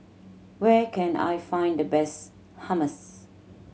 where can I find the best Hummus